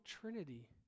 trinity